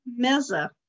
Meza